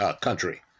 country